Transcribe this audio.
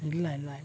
ಇಲ್ಲ ಇಲ್ಲ ಇಲ್ಲ